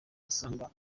asanga